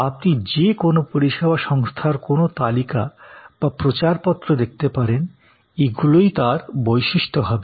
আপনি যে কোন পরিষেবা সংস্থার কোনও তালিকা বা প্রচারপত্র দেখতে পারেন এগুলোই তার বৈশিষ্ট্য হবে